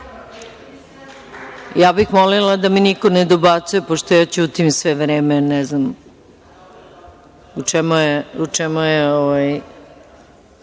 bih molila da mi niko ne dobacuje, pošto ja ćutim sve vreme. Ne znam čemu je